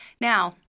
Now